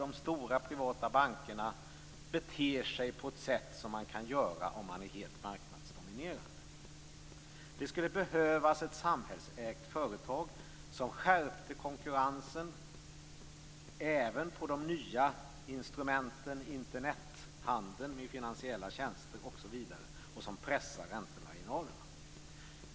De stora privata bankerna beter sig på ett sätt som man kan göra om man är helt marknadsdomnierande. Det skulle behövas ett samhällsägt företag som skärpte konkurrensen även på de nya instrumenten Internethandel med finansiella tjänster osv., och som pressar räntemarginalerna.